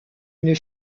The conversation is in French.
une